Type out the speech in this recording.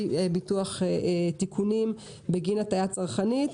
ביטוח תיקונים בגין הטעייה צרכנית.